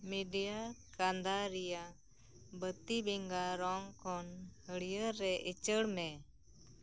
media ᱠᱟᱸᱫᱷᱟ ᱨᱮᱭᱟᱜ ᱵᱟᱹᱛᱤ ᱵᱮᱸᱜᱟᱲ ᱨᱚᱝ ᱠᱷᱚᱱ ᱦᱟᱹᱨᱭᱟᱹᱲ ᱨᱮ ᱩᱪᱟᱹᱲ ᱢᱮ